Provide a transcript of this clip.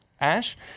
Ash